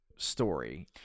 story